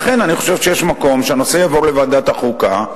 לכן אני חושב שיש מקום שהנושא יעבור לוועדת החוקה,